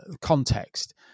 context